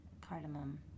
cardamom